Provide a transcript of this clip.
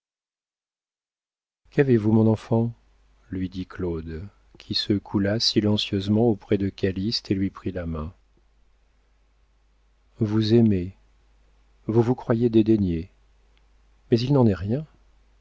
qu'avez-vous mon enfant lui dit claude qui se coula silencieusement auprès de calyste et lui prit la main vous aimez vous vous croyez dédaigné mais il n'en est rien